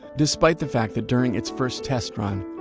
despite the fact that during its first test run,